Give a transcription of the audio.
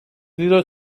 زیرا